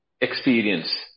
experience